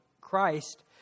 Christ